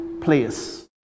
place